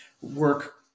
work